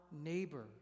neighbor